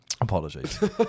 apologies